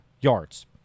yards